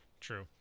True